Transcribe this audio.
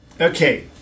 Okay